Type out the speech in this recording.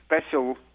special